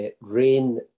Rain